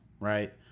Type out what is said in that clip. right